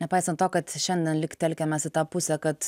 nepaisant to kad šiandien lyg telkiamės į tą pusę kad